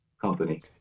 company